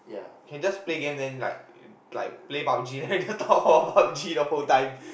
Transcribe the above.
can just play games then like like play Pub-G then just talk about Pub-G the whole time